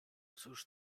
cóż